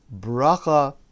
bracha